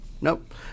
Nope